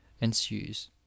ensues